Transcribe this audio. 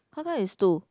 how come is two